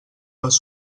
les